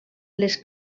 les